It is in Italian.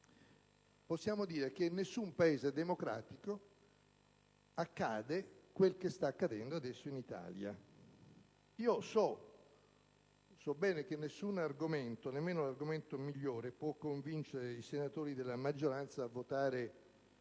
possiamo dire che in nessun Paese democratico accade quello che sta accadendo adesso in Italia. So bene che nessun argomento, nemmeno il migliore, può convincere i senatori della maggioranza a votare